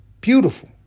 Beautiful